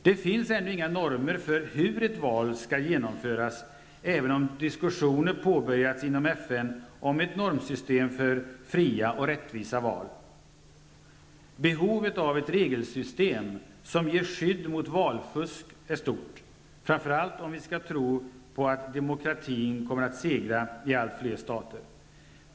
Det finns ännu inga normer för hur ett val skall genomföras, även om diskussioner har påbörjats inom FN om ett normsystem för ''fria och rättvisa val''. Behovet av ett regelsystem som ger skydd mot valfusk är stort, framför allt om vi skall tro på att demokratin kommer att segra i allt fler stater.